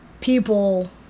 people